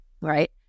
right